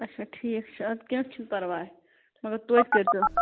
اَچھا ٹھیٖک چھُ اَدٕ کیٚنٛہہ چھُنہٕ پرواے مگر توتہِ کٔرۍزیٚو